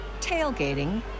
tailgating